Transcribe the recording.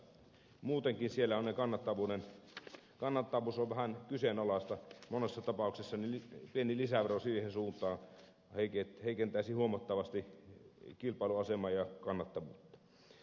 muutenkin siellä kannattavuus on vähän kyseenalaista monessa tapauksessa ja pieni lisävero siihen suuntaan heikentäisi huomattavasti kilpailuasemaa ja kannattavuutta